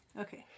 Okay